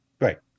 Right